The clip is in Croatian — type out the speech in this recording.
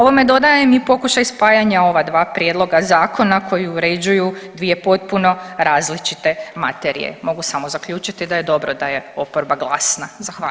Ovome dodajem i pokušaj spajanja ova dva prijedloga zakona koji uređuju dvije potpuno različite materije, mogu samo zaključiti da je dobro da je oporba glasna, zahvaljujem.